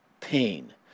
pain